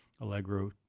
allegro